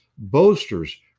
Boasters